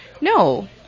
no